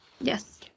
Yes